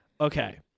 Okay